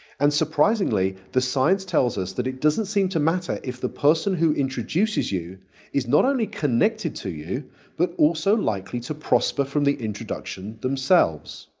and surprisingly the science tells us that it doesn't seem to matter if the person who introduces you is not only connected to you but also likely to prosper from the introduction themselves.